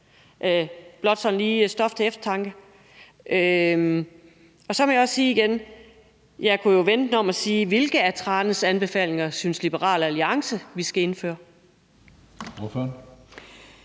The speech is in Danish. blot sådan lige stof til eftertanke. Og igen må jeg så også sige, at jeg jo kunne vende den om og spørge: Hvilke af Tranæsudvalgets anbefalinger synes Liberal Alliance at vi skal indføre?